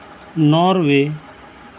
Norway